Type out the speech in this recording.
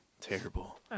Terrible